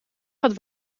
gaat